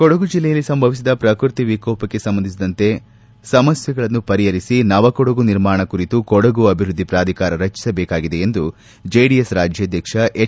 ಕೊಡಗು ಜಿಲ್ಲೆಯಲ್ಲಿ ಸಂಭವಿಸಿದ ಪ್ರಕೃತಿ ವಿಕೋಪಕ್ಕೆ ಸಂಬಂಧಿಸಿದಂತೆ ಸಮಸ್ಥೆಗಳನ್ನು ಪರಿಹರಿಸಿ ನವಕೊಡಗು ನಿರ್ಮಾಣ ಕುರಿತು ಕೊಡಗು ಅಭಿವೃದ್ಧಿ ಪ್ರಾಧಿಕಾರ ರಚಿಸಬೇಕಾಗಿದೆ ಎಂದು ಜೆಡಿಎಸ್ ರಾಜ್ಯಾಧ್ವಕ್ಷ ಎಚ್